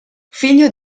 figlio